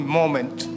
moment